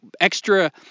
extra